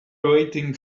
awaiting